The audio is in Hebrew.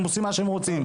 והם עושים מה שהם רוצים.